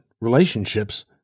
relationships